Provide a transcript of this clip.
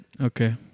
Okay